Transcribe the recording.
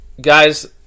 Guys